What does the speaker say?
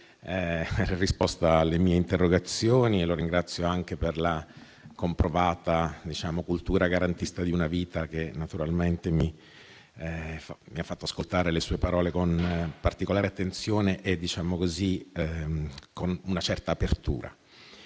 direi - alle mie interrogazioni. Lo ringrazio anche per la comprovata cultura garantista di una vita che, naturalmente, mi ha fatto ascoltare le sue parole con particolare attenzione e con una certa apertura.